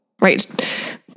right